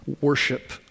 worship